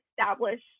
establish